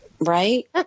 Right